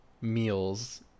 meals